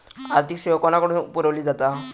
आर्थिक सेवा कोणाकडन पुरविली जाता?